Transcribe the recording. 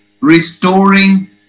restoring